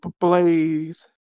Blaze